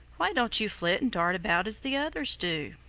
why don't you flit and dart about as the others do?